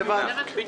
אין בעיה, תמשיך לבד.